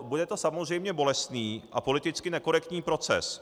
Bude to samozřejmě bolestný a politicky nekorektní proces.